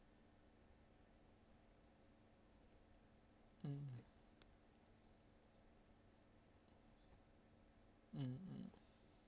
mm mm mm